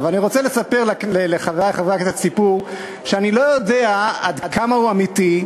אני רוצה לספר לחברי חברי הכנסת סיפור שאני לא יודע עד כמה הוא אמיתי.